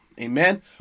Amen